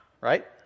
Right